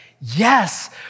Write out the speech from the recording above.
yes